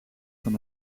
van